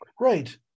Right